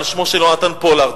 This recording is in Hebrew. על שמו של יהונתן פולארד.